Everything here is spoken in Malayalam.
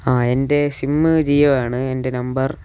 ആ എൻ്റെ സിമ്മ് ജിയോ ആണ് എൻ്റെ നമ്പർ